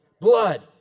Blood